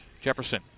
Jefferson